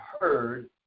heard